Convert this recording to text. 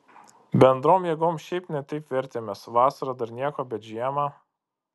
bendrom jėgom šiaip ne taip vertėmės vasarą dar nieko bet žiemą